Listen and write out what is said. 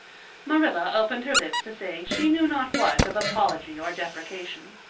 marilla opened her lips to say she knew not what of apology or deprecation.